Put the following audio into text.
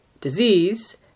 Disease